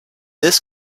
this